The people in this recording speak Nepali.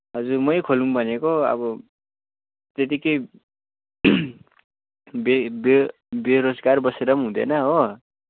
हजुर मै खोलौँ भनेको अब त्यतिकै बे बे बेरोजगार बसेर पनि हुँदैन हो